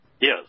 Yes